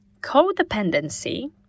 Codependency